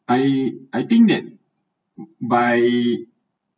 I I think that by